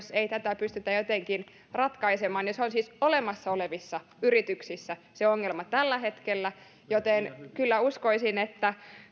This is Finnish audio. jos ei tätä pystytä jotenkin ratkaisemaan ja se ongelma on siis olemassa olevissa yrityksissä tällä hetkellä joten kyllä uskoisin että